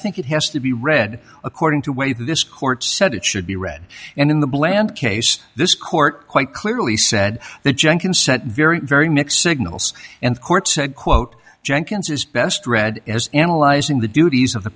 think it has to be read according to way this court said it should be read and in the bland case this court quite clearly said that jenkins set very very mixed signals and the court said quote jenkins is best read as analyzing the duties of the